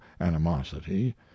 animosity